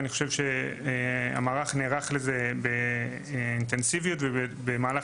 אני חושב שהמערך נערך לזה באינטנסיביות ובמהלך